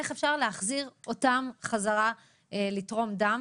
איך אפשר להחזיר אותם חזרה לתרום דם